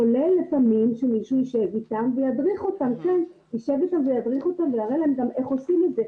כולל לפעמים שמישהו ישב איתם וידריך אותם ויראה להם גם איך עושים את זה.